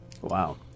Wow